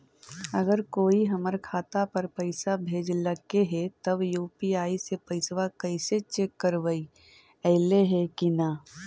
अगर कोइ हमर खाता पर पैसा भेजलके हे त यु.पी.आई से पैसबा कैसे चेक करबइ ऐले हे कि न?